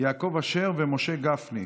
יעקב אשר ומשה גפני.